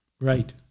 Right